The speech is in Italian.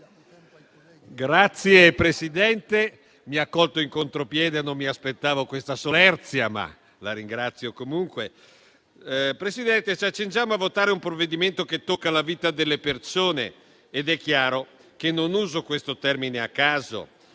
Signora Presidente, mi ha colto in contropiede, non mi aspettavo questa solerzia, ma la ringrazio comunque. Presidente, ci accingiamo a votare un provvedimento che tocca la vita delle persone ed è chiaro che non uso questo termine a caso.